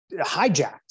hijacked